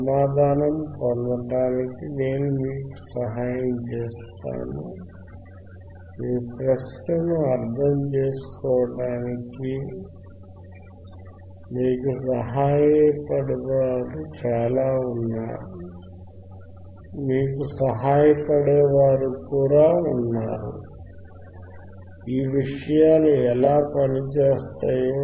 సమాధానం పొందడానికి నేను మీకు సహాయం చేస్తాను మీ ప్రశ్నను అర్థం చేసుకోవడానికి మీకు సహాయపడే వారు కూడా ఉన్నారు ఈ విషయాలు ఎలా పని చేస్తాయో